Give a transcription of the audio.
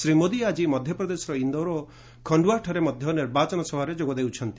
ଶ୍ରୀ ମୋଦି ଆଜି ମଧ୍ୟପ୍ରଦେଶର ଓ ଖଣ୍ଟୁଆଠାରେ ମଧ୍ୟ ନିର୍ବାଚନ ସଭାରେ ଯୋଗ ଦେଉଛନ୍ତି